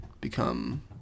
become